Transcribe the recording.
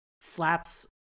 slaps